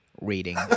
reading